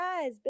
guys